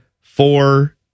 four